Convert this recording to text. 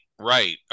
Right